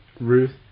Ruth